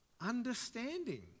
understanding